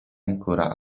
ancora